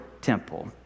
temple